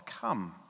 come